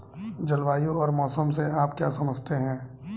जलवायु और मौसम से आप क्या समझते हैं?